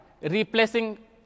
replacing